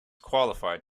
qualified